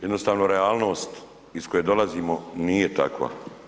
Jednostavno realnost iz koje dolazimo nije takva.